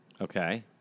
Okay